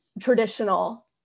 traditional